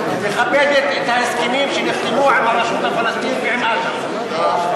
מכבדת את ההסכמים שנחתמו עם הרשות הפלסטינית ועם אש"ף?